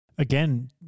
Again